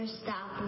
stop